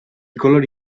colori